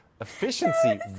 efficiency